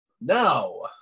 Now